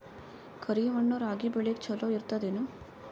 ಕರಿ ಮಣ್ಣು ರಾಗಿ ಬೇಳಿಗ ಚಲೋ ಇರ್ತದ ಏನು?